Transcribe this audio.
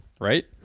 Right